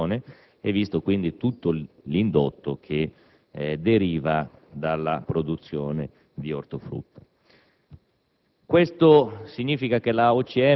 rapporti con l'industria di trasformazione e tutto l'indotto che deriva dalla produzione di ortofrutta.